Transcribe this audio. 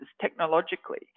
technologically